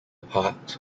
part